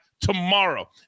tomorrow